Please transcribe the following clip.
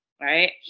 right